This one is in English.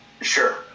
sure